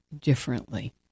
differently